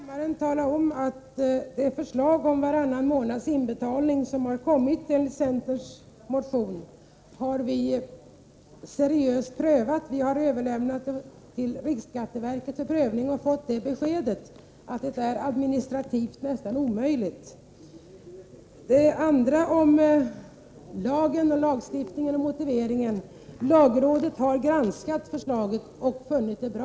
Herr talman! Jag vill för kammaren tala om att vi seriöst har behandlat det förslag om inbetalning varannan månad som förs fram i centerns motion. Vi har överlämnat förslaget till riksskatteverket för prövning och fått beskedet att det är administrativt nästan omöjligt att genomföra. Det andra som Stig Josefson tog upp gällde lagen, lagstiftningen och motiveringen. Lagrådet har granskat förslaget och funnit det bra.